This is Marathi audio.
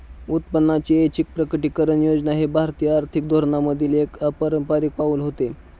उत्पन्नाची ऐच्छिक प्रकटीकरण योजना हे भारतीय आर्थिक धोरणांमधील एक अपारंपारिक पाऊल होते